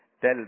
tell